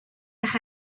las